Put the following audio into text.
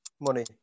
Money